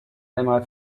einmal